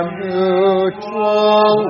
mutual